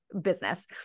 business